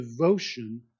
devotion